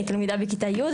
ואני תלמידה בכיתה י',